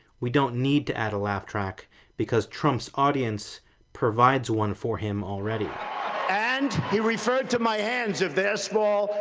we don't need to add a laugh track because trump's audience provides one for him already. trump and he referred to my hands if they're small,